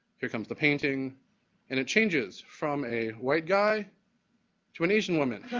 here comes the painting and it changes from a white guy to an asian woman.